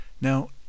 Now